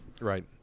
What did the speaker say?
Right